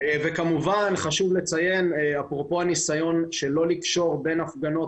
כמובן חשוב לציין אפרופו הניסיון שלא לקשור בין הפגנות